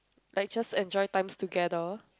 like just enjoy times together